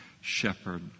shepherd